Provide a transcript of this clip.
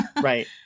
Right